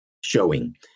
showing